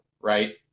right